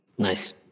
Nice